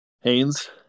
Haynes